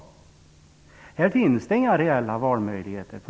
För dessa barn finns det inga reella valmöjligheter.